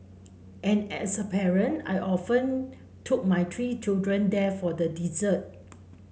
and as a parent I often took my three children there for the dessert